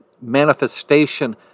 manifestation